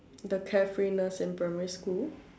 the carefreeness in primary school